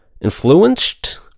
Influenced